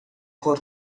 for